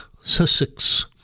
Sussex